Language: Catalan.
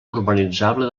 urbanitzable